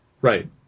Right